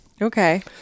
Okay